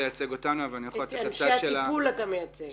לייצג אותנו אבל אני יכול לייצג את ה- - אתה מייצג את אנשי הטיפול.